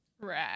Right